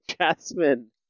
Jasmine